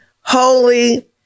Holy